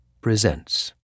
presents